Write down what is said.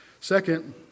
Second